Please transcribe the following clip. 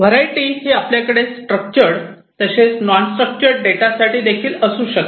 variety ही आपल्याकडे structured तसेच नॉन स्ट्रक्चर्ड डेटा साठी देखील असू शकते